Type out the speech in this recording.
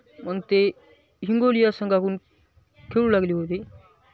मग ते हिंगोली या संघाकडून खेळू लागले होते